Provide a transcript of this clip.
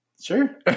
Sure